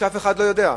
שאף אחד לא יודע.